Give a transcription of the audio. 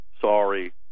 sorry